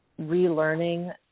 relearning